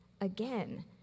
again